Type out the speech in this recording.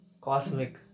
cosmic